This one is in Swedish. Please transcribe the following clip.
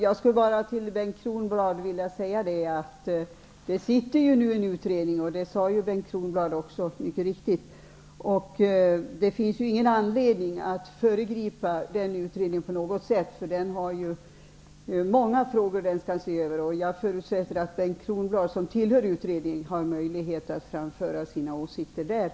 Herr talman! Bengt Kronblad sade mycket riktigt att en utredning arbetar med dessa frågor. Det finns ingen anledning att föregripa den utredningen. Den skall se över många frågor. Jag förutsätter att Bengt Kronblad som tillhör utredningen har möjlighet att framföra sina åsikter där.